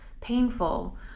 painful